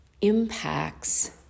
impacts